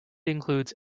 includes